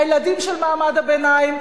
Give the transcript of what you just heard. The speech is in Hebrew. הילדים של מעמד הביניים,